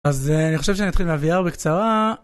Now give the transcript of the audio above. אז אה... אני חושב שאני אתחיל מהוויאר בקצרה